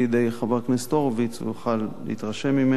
חבר הכנסת הורוביץ והוא יוכל להתרשם ממנו.